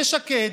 ושקד,